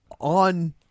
on